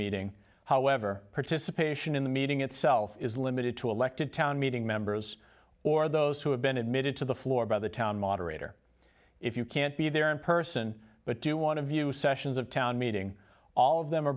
meeting however participation in the meeting itself is limited to elected town meeting members or those who have been admitted to the floor by the town moderator if you can't be there in person but do want to view sessions of town meeting all of them are